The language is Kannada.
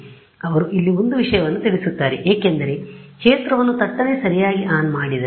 ಆದ್ದರಿಂದ ಅವರು ಇಲ್ಲಿ ಒಂದು ವಿಷಯವನ್ನು ತಿಳಿಸುತ್ತಾರೆ ಏಕೆಂದರೆ ಅವರು ಕ್ಷೇತ್ರವನ್ನು ಥಟ್ಟನೆ ಸರಿಯಾಗಿ ಆನ್ ಮಾಡಿದ್ದಾರೆ